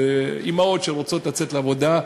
אימהות שרוצות לצאת לעבודה,